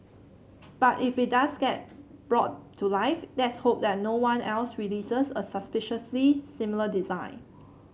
but if it does get brought to life let's hope that no one else releases a suspiciously similar design